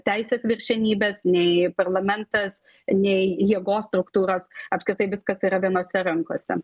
teisės viršenybės nei parlamentas nei jėgos struktūros apskritai viskas yra vienose rankose